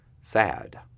sad